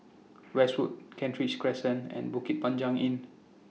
Westwood Kent Ridge Crescent and Panjang Inn